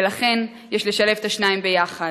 ולכן יש לשלב את השניים יחד.